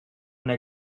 una